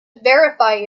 verify